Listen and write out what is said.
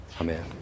Amen